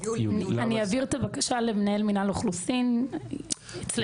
אני אעביר את הבקשה למנהל מינהל אוכלוסין אצלנו.